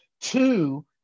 two